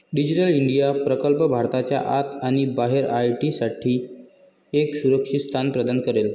digital India प्रकल्प भारताच्या आत आणि बाहेर आय.टी साठी एक सुरक्षित स्थान प्रदान करेल